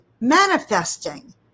manifesting